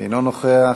אינו נוכח.